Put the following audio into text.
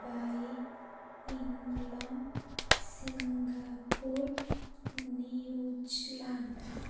Dubai England Singapore New Zealand